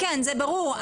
כן זה ברור,